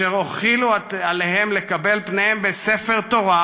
"אשר הוחילו עליהם לקבל פניהם בספר תורה,